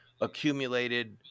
accumulated